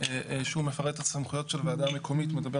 שהוא מפרט את הסמכויות של ועדה מקומית מדבר